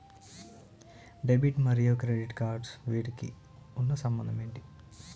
Debit మరియు credit cards వీటికి ఉన్న సంబంధం ఏంటి?